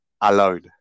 alone